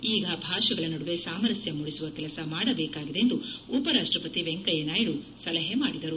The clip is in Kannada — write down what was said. ಈಗ ಭಾಷೆಗಳ ನಡುವೆ ಸಾಮರಸ್ನ ಮೂಡಿಸುವ ಕೆಲಸ ಮಾಡಬೇಕಾಗಿದೆ ಎಂದು ಉಪರಾಷ್ಟಪತಿ ವೆಂಕಯ್ನ ನಾಯ್ನು ಸಲಹೆ ಮಾಡಿದರು